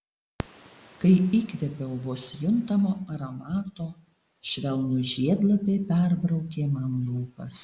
kai įkvėpiau vos juntamo aromato švelnūs žiedlapiai perbraukė man lūpas